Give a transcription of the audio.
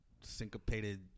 syncopated